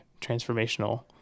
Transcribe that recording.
transformational